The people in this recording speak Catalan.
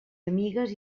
amigues